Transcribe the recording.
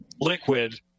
liquid